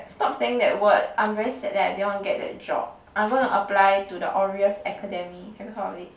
stop saying that word I'm very sad that I did not get that job I'm going to apply to the Orioles Academy have you heard of it